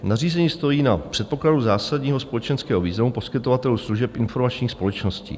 Nařízení stojí na předpokladu zásadního společenského významu poskytovatelů služeb informační společnosti.